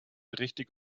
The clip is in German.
richtig